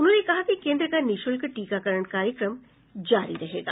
उन्होंने कहा कि केन्द्र का निःशुल्क टीकाकरण कार्यक्रम जारी रहेगा